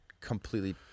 completely